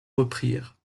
reprirent